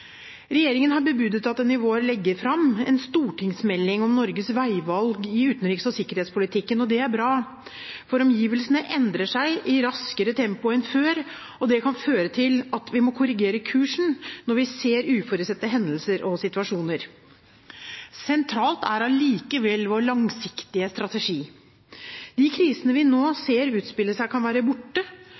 Regjeringen har bebudet at den i vår legger fram en stortingsmelding om Norges veivalg i utenriks- og sikkerhetspolitikken. Det er bra, for omgivelsene endrer seg i raskere tempo enn før, og det kan føre til at vi må korrigere kursen når vi ser uforutsette hendelser og situasjoner. Sentralt er likevel vår langsiktige strategi. De krisene vi nå ser utspille seg, kan være borte